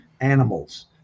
animals